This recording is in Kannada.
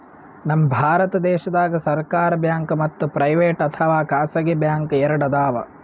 ನಮ್ ಭಾರತ ದೇಶದಾಗ್ ಸರ್ಕಾರ್ ಬ್ಯಾಂಕ್ ಮತ್ತ್ ಪ್ರೈವೇಟ್ ಅಥವಾ ಖಾಸಗಿ ಬ್ಯಾಂಕ್ ಎರಡು ಅದಾವ್